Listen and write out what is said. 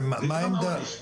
זה גם עונש.